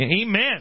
amen